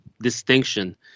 distinction